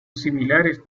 similares